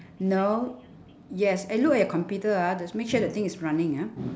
no yes eh look at your computer ah that make sure the thing is running ah